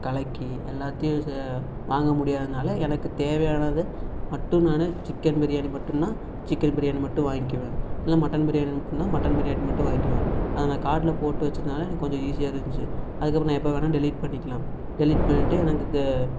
கலக்கி எல்லாத்தையும் வாங்க முடியாததுனால எனக்கு தேவையானது மட்டும் நான் சிக்கன் பிரியாணி மட்டும்னா சிக்கன் பிரியாணி மட்டும் வாங்கிக்குவேன் இல்லை மட்டன் பிரியாணி மட்டும்னா மட்டன் பிரியாணி மட்டும் வாங்கிக்குவேன் அது நான் கார்ட்டில் போட்டு வச்சுருந்தனால எனக்கு கொஞ்சம் ஈசியாக இருந்துச்சு அதுக்கு அப்புறம் நான் எப்போ வேணா டெலிட் பண்ணிக்கலாம் டெலிட் பண்ணிவிட்டு எனக்கு